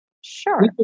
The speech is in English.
Sure